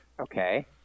Okay